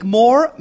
more